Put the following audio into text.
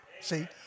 See